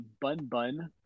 Bun-Bun